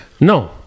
No